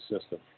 system